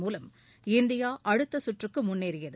மூலம் இந்தியாஅடுத்தசுற்றுக்குமுன்னேறியது